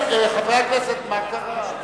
חברי הכנסת, מה קרה?